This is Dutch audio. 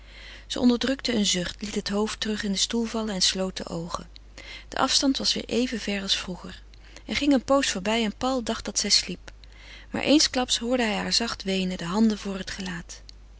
zij onderdrukte een zucht liet het hoofd terug in den stoel vallen en sloot de oogen de afstand was weêr even ver als vroeger er ging een pooze voorbij en paul dacht dat zij sliep maar eensklaps hoorde hij haar zacht weenen de handen voor het gelaat